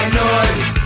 noise